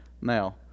Now